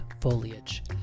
foliage